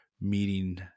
meeting